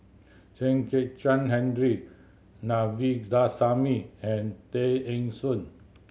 Chen Kezhan Henri Na Vindasamy and Tay Eng Soon